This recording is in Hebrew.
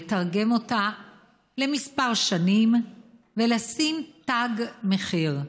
לתרגם אותה לכמה שנים ולשים תג מחיר.